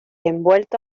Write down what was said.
envuelto